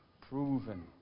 proven